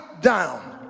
down